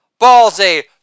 Ballsy